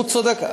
הוא צודק,